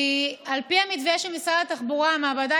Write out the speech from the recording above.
כי על פי המתווה של משרד התחבורה המעבדה